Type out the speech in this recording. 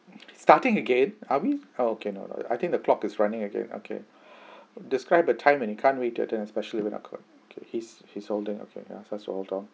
starting again are we oh cannot lah I think the clock is running again okay describe a time when you can't wait your turn especially when occurred okay~ his his holding a ya just hold on